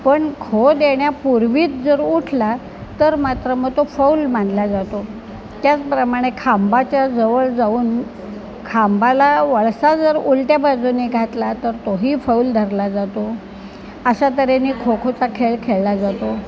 पण खो देण्यापूर्वीच जर उठला तर मात्र मग तो फौल मानला जातो त्याचप्रमाणे खांबाच्या जवळ जाऊन खांबाला वळसा जर उलट्या बाजूने घातला तर तोही फौल धरला जातो अशा तऱ्हेने खो खोचा खेळ खेळला जातो